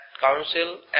council